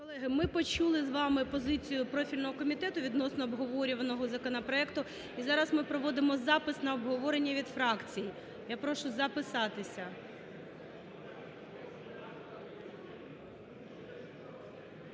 Колеги, ми почули з вами позицію профільного комітету відносно обговорюваного законопроекту, і зараз ми проводимо запис на обговорення від фракцій. Я прошу записатися.